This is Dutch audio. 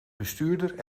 bestuurder